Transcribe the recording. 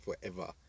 forever